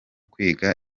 kwiga